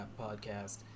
podcast